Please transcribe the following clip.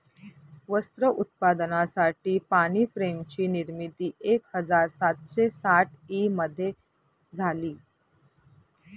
वस्त्र उत्पादनासाठी पाणी फ्रेम ची निर्मिती एक हजार सातशे साठ ई मध्ये झाली